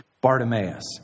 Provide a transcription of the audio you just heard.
Bartimaeus